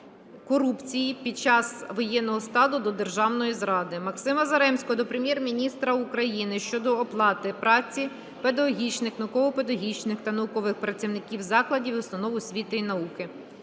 корупції під час воєнного стану до державної зради. Максима Заремського до Прем'єр-міністра України щодо оплати праці педагогічних, науково-педагогічних та наукових працівників закладів і установ освіти і науки.